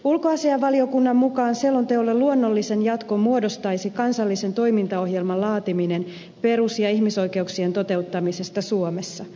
ulkoasiainvaliokunnan mukaan selonteolle luonnollisen jatkon muodostaisi kansallisen toimintaohjelman laatiminen perus ja ihmisoikeuksien toteuttamisesta suomessa